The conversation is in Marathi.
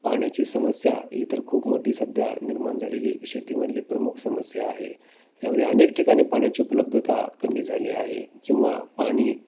पाण्याची समस्या ही तर खूप मोठी सध्या निर्माण झालेली शेतीमधली प्रमुख समस्या आहे यामध्ये अनेक ठिकाणी पाण्याची उपलब्धता कमी झाली आहे किंवा पाणी